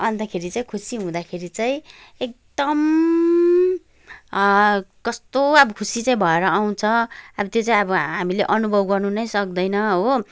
अन्तखेरि चाहिँ खुसी हुँदाखेरि चाहिँ एकदम कस्तो अब खुसी चाहिँ भएर आउँछ अब त्यो चाहिँ अब हामीले अनुभव गर्नु नै सक्दैन हो